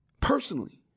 Personally